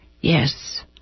Yes